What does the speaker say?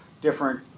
different